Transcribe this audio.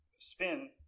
Spin